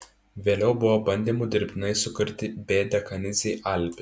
vėliau buvo bandymų dirbtinai sukurti b dekanidzei alibi